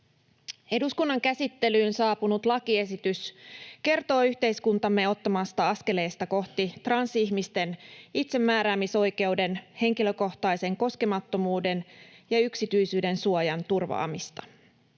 Eduskunnan käsittelyyn saapunut lakiesitys kertoo yhteiskuntamme ottamasta askeleesta kohti transihmisten itsemääräämisoikeuden, henkilökohtaisen koskemattomuuden ja yksityisyydensuojan turvaamista.